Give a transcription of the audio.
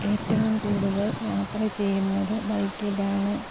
ഏറ്റവും കൂടുതൽ യാത്ര ചെയ്യുന്നത് ബൈക്കിലാണ്